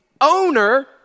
owner